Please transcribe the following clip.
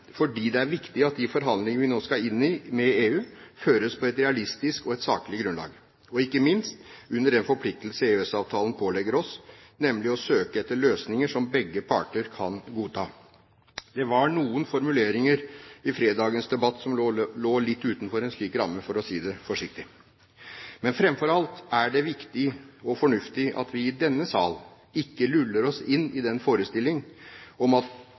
fordi det er viktig at de forhandlingene vi nå skal inn i med EU, føres på et realistisk og saklig grunnlag, og ikke minst under den forpliktelsen EØS-avtalen pålegger oss, nemlig å søke etter løsninger som begge parter kan godta. Det var noen formuleringer i fredagens debatt som lå litt utenfor en slik ramme, for å si det forsiktig. Men framfor alt er det viktig og fornuftig at vi i denne sal ikke luller oss inn i en forestilling om at